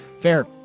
Fair